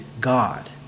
God